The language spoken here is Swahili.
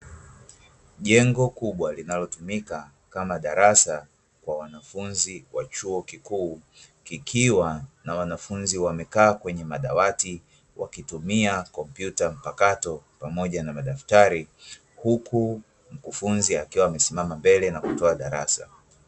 Jengo kubwa linalotumika kama darasa kwa wanafunzi wa chuo kikuu, kikiwa na wanafunzi wamekaa na kutumia kompyuta mpakato pamoja na madaftari huku mkufunzi akiwa amesimama mbele na kutoa darasa.